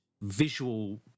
visual